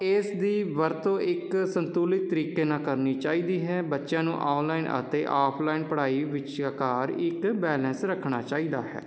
ਇਸ ਦੀ ਵਰਤੋਂ ਇੱਕ ਸੰਤੁਲਿਤ ਤਰੀਕੇ ਨਾਲ ਕਰਨੀ ਚਾਹੀਦੀ ਹੈ ਬੱਚਿਆਂ ਨੂੰ ਆਨਲਾਈਨ ਅਤੇ ਆਫਲਾਈਨ ਪੜ੍ਹਾਈ ਵਿੱਚਕਾਰ ਇੱਕ ਬੈਲੈਂਸ ਰੱਖਣਾ ਚਾਹੀਦਾ ਹੈ